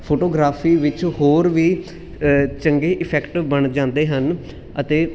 photography ਵਿੱਚ ਹੋਰ ਵੀ ਚੰਗੇ ਇਫੈਕਟ ਬਣ ਜਾਂਦੇ ਹਨ ਅਤੇ